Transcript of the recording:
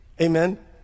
amen